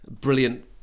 brilliant